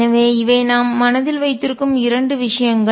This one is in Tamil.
எனவே இவை நாம் மனதில் வைத்திருக்கும் இரண்டு விஷயங்கள்